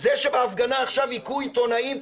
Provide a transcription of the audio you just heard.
זה שבהפגנה עכשיו היכו עיתונאים,